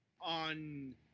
on